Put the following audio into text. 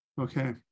Okay